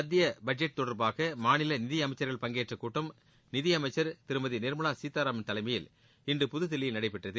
மத்திய பட்ஜெட் தொடர்பாக மாநில நிதியமைச்சர்கள் பங்கேற்ற கூட்டம் நிதியமைச்சர் திருமதி நிர்மலா சீதாராமன் தலைமையில் இன்று புதுதில்லியில் நடைபெற்றது